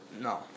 No